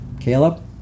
Caleb